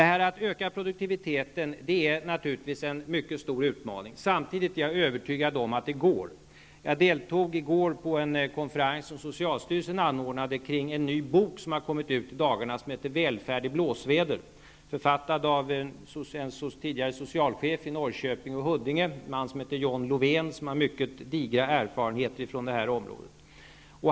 Att öka produktiviteten är naturligtvis en mycket stor utmaning. Samtidigt är jag övertygad om att det går. Jag deltog i går i en konferens som socialstyrelsen anordnade kring en ny bok som har kommit ut i dagarna med namnet ''Välfärd i blåsväder'', författad av en tidigare socialchef i Lovén och som har mycket digra erfarenheter från det här området.